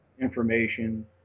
information